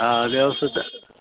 हा ॾियोस त